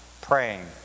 praying